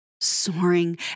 soaring